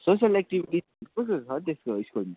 social activity कस्तो छ sir त्यसको स्कुलमा